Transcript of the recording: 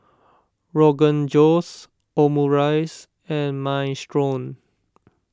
Rogan Josh Omurice and Minestrone